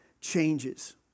changes